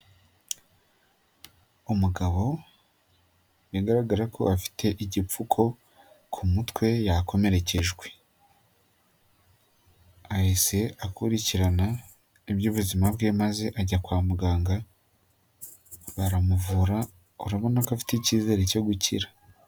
Umugabo bigaragara ko afite igipfuko ku mutwe yakomereke, ahise akurikirana iby'ubuzima bwe maze ajya kwa muganga baramuvura, urabona ko afite ikizere cyo gukira.